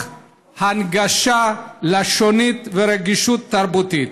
בהנגשה לשונית וברגישות תרבותית,